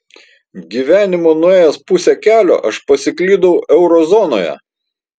gyvenimo nuėjęs pusę kelio aš pasiklydau eurozonoje